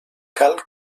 cal